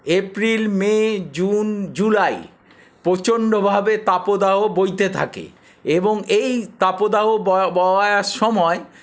April May June July প্রচন্ডভাবে তাপদাহ বইতে থাকে এবং এই তাপদাহ ব বওয়ার সময়